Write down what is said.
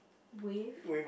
wave